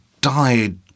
died